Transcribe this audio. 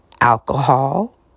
alcohol